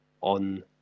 on